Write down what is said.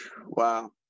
wow